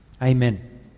Amen